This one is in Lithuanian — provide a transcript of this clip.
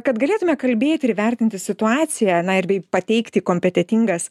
kad galėtume kalbėti ir įvertinti situaciją na ir bei pateikti kompetentingas